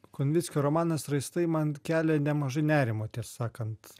konvickio romanas raistai man kelia nemažai nerimo tiesą sakant